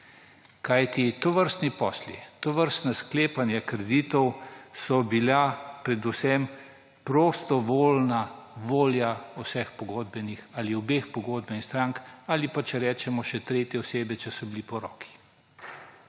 Kajti tovrstni posli, tovrstno sklepanje kreditov so bila predvsem prostovoljna volja vseh pogodbenih ali obeh pogodbenih strank; ali pa če rečemo še tretje osebe, če so bili poroki.